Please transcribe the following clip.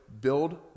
build